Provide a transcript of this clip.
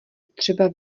třeba